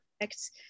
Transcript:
perfect